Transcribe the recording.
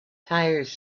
tires